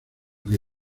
que